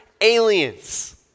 aliens